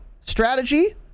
strategy